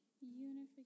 unification